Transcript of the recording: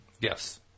Yes